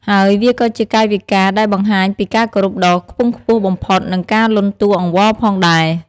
ហើយវាក៏ជាកាយវិការដែលបង្ហាញពីការគោរពដ៏ខ្ពង់ខ្ពស់បំផុត និងការលន់តួអង្វរផងដែរ។